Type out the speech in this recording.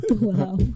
wow